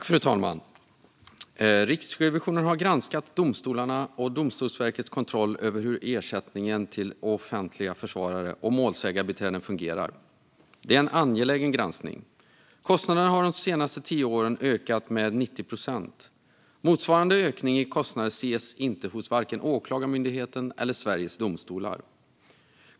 Fru talman! Riksrevisionen har granskat domstolarnas och Domstolsverkets kontroll över hur ersättningen till offentliga försvarare och målsägarbiträden fungerar. Det är en angelägen granskning. Kostnaderna har de senaste tio åren ökat med 90 procent. Motsvarande ökning i kostnader ses inte hos vare sig Åklagarmyndigheten eller Sveriges Domstolar.